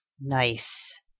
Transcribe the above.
Nice